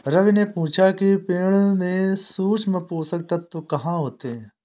रवि ने पूछा कि पेड़ में सूक्ष्म पोषक तत्व कहाँ होते हैं?